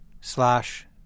slash